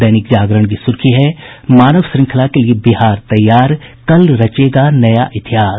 दैनिक जागरण की सुर्खी है मानव श्रृंखला के लिये बिहार तैयार कल रचेगा नया इतिहास